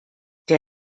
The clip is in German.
der